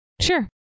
Sure